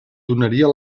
donaria